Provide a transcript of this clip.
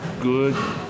good